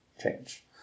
change